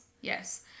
Yes